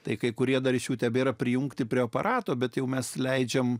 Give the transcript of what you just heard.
tai kai kurie dar iš jų tebėra prijungti prie aparato bet jau mes leidžiame